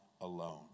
alone